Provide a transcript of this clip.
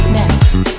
next